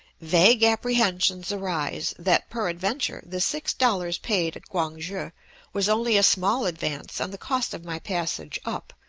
vague apprehensions arise that, peradventure, the six dollars paid at quang-shi was only a small advance on the cost of my passage up,